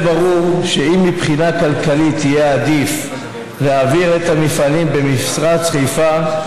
זה ברור שאם מבחינה כלכלית יהיה עדיף להעביר את המפעלים ממפרץ חיפה,